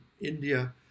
India